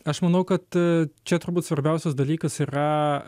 aš manau kad čia turbūt svarbiausias dalykas yra